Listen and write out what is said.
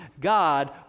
God